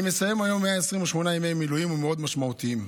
אני מסיים היום 128 ימי מילואים מאוד משמעותיים.